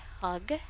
Hug